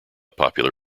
popular